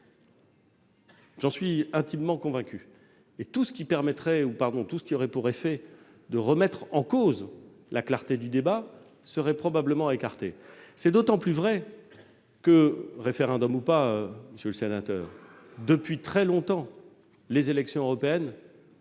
j'en suis intimement convaincu. Tout ce qui aurait pour effet de remettre en cause la clarté du débat serait probablement à écarter. C'est d'autant plus vrai que, référendum ou pas, monsieur le sénateur, depuis très longtemps, lors des élections européennes,